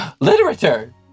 Literature